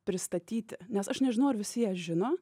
pristatyti nes aš nežinau ar visi ją žino